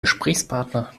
gesprächspartner